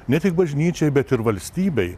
ne tik bažnyčiai bet ir valstybei